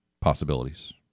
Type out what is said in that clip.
possibilities